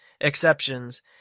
Exceptions